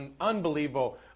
unbelievable